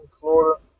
Florida